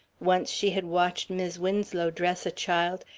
once she had watched mis' winslow dress a child,